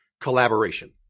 collaboration